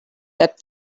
that